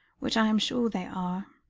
which i am sure they are,